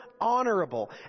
honorable